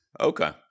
Okay